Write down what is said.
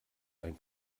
ein